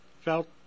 felt